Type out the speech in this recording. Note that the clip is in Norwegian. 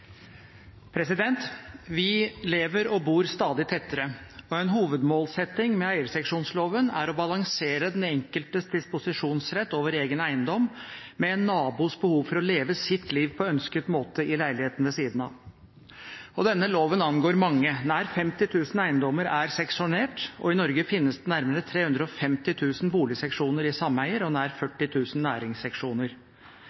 hovedmålsetting med eierseksjonsloven er å balansere den enkeltes disposisjonsrett over egen eiendom med en nabos behov for å leve sitt liv på ønsket måte i leiligheten ved siden av. Denne loven angår mange. Nær 50 000 eiendommer er seksjonert. I Norge finnes det nærmere 350 000 boligseksjoner i sameier og nær